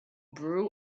brew